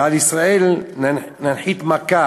ועל ישראל ננחית מכה"